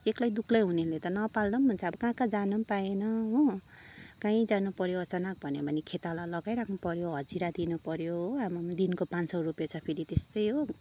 एक्लै दुक्लै हुनेले त नपाल्दा नि हुन्छ अब कहाँ कहाँ जानु पाएन हो काहीँ जानुपऱ्यो अचानक भने खेताला लगाइराख्नु पऱ्यो हजिरा दिनुपऱ्यो हो आम्ममम दिनको पाँच सौ रुपियाँ छ फेरि त्यस्तै हो